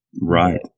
Right